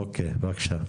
אוקיי בבקשה.